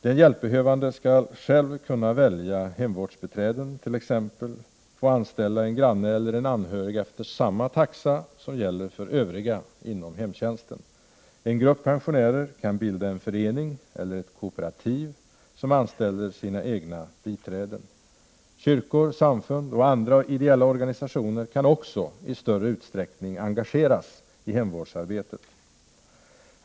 Den hjälpbehövande skall själv kunna välja hemvårdsbiträden, t.ex. få anställa en granne eller en anhörig som avlönas efter samma taxa som gäller för övriga inom hemtjänsten. En grupp pensionärer skall kunna bilda en förening, eller ett kooperativ, som anställer sina egna biträden. Kyrkor, samfund och andra ideella organisationer kan också i större utsträckning engageras i hemvårdsarbetet.